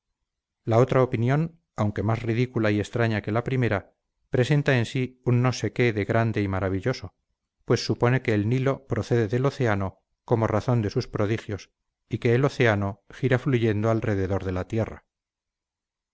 la otra opinión aunque más ridícula y extraña que la primera presenta en sí un no sé qué de grande y maravilloso pues supone que el nilo procede del océano como razón de sus prodigios y que el océano gira fluyendo alrededor de la tierra